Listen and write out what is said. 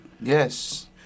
Yes